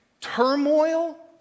turmoil